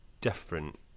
different